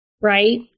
right